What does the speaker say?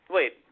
Wait